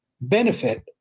benefit